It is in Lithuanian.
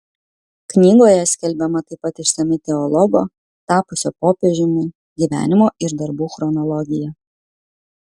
knygoje skelbiama taip pat išsami teologo tapusio popiežiumi gyvenimo ir darbų chronologija